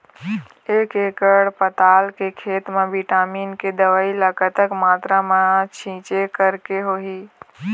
एक एकड़ पताल के खेत मा विटामिन के दवई ला कतक मात्रा मा छीचें करके होही?